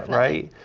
right?